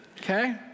Okay